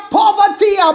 poverty